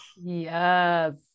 yes